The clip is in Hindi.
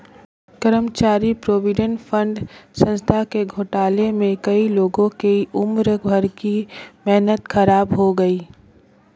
कर्मचारी प्रोविडेंट फण्ड संस्था के घोटाले में कई लोगों की उम्र भर की मेहनत ख़राब हो गयी